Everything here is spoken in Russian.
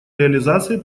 реализацией